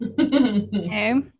Okay